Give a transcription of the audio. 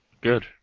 Good